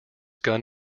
gun